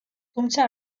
თუმცა